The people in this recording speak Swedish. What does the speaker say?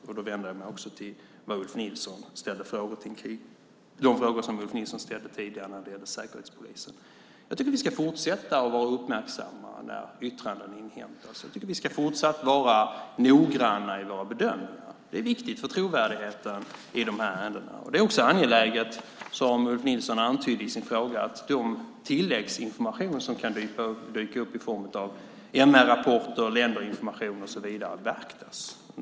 Jag vänder mig därmed också till Ulf Nilsson med tanke på de frågor han ställde tidigare om säkerhetspolisen. Vi ska fortsätta att vara uppmärksamma när yttranden inhämtas. Vi ska fortsatt vara noggranna i våra bedömningar. Det är viktigt för trovärdigheten i dessa ärenden. Det är också angeläget, som Ulf Nilsson antydde i sin fråga, att den tilläggsinformation som kan dyka upp i form av MR-rapporter, länderinformation och så vidare beaktas.